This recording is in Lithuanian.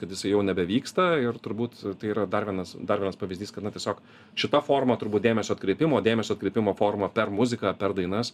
kad jisai jau nebevyksta ir turbūt tai yra dar vienas dar vienas pavyzdys kad na tiesiog šita forma turbūt dėmesio atkreipimo dėmesio atkreipimo forma per muziką per dainas